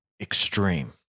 extreme